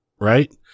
Right